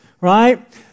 Right